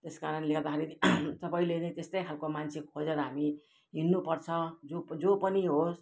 त्यस कारणले गर्दाखेरि सबैले नै त्यस्तै खालको मान्छे खोजेर हामी हिँड्नु पर्छ जो जो पनि होस्